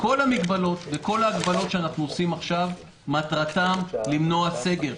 כל המגבלות וכל ההגבלות שאנחנו עושים עכשיו מטרתן למנוע סגר.